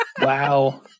Wow